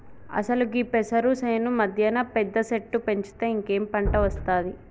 అసలు గీ పెసరు సేను మధ్యన పెద్ద సెట్టు పెంచితే ఇంకేం పంట ఒస్తాది